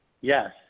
yes